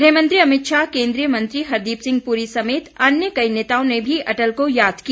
गृहमंत्री अमित शाह केन्द्रीय मंत्री हरदीप सिंह पुरी समेत अन्य कई नेताओं ने भी अटल को याद किया